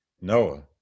noah